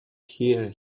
hear